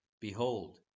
Behold